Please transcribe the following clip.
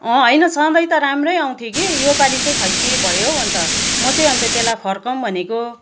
अँ होइन सधैँ त राम्रै आउँथ्यो कि योपालि चाहिँ खोइ के भयो हौ अन्त म चाहिँ अन्त त्यसलाई फर्काऊँ भनेको